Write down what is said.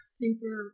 super